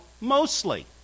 mostly